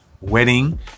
wedding